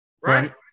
Right